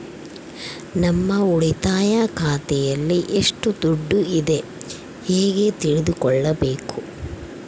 ನಮ್ಮ ಉಳಿತಾಯ ಖಾತೆಯಲ್ಲಿ ಎಷ್ಟು ದುಡ್ಡು ಇದೆ ಹೇಗೆ ತಿಳಿದುಕೊಳ್ಳಬೇಕು?